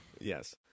Yes